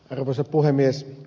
arvoisa puhemies